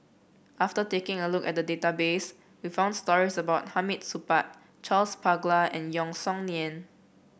after taking a look at the database we found stories about Hamid Supaat Charles Paglar and Yeo Song Nian